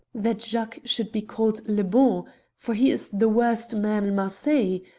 that jacques should be called le bon for he is the worst man in marseilles?